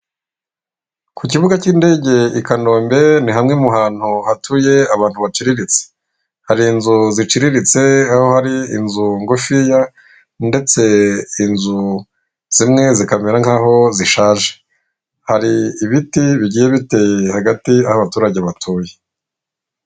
Ku kibuga cy'indege i Kanombe, ni hamwe mu hantu hatuye abantu baciriritse. Hari inzu ziciriritse aho hari inzu ngufiya ndetse inzu zimwe zikamera nk'aho zishaje. Hari ibiti bigiye biteye hagati aho abaturage batuye.